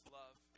love